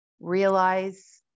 realize